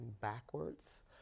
backwards